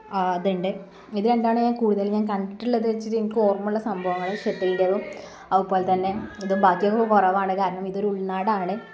ആ അതുണ്ട് ഇത് രണ്ടാണ് ഞാന് കൂടുതല് ഞാന് കണ്ടിട്ടുള്ളത് വെച്ചിട്ട് എനിക്കോര്മ്മയുള്ള സംഭവങ്ങള് ഷട്ടിലിന്റേതും അതുപോലെതന്നെ ഇത് ബാക്കിയൊക്കെ കുറവാണ് കാരണം ഇതൊരു ഉള്നാടാണ്